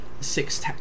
Six